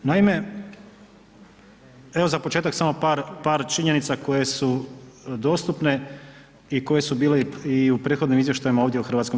Naime, evo za početak samo par, par činjenica koje su dostupne i koje su bile i u prethodnim izvještajima ovdje u HS.